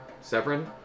Severin